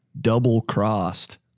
double-crossed